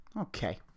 Okay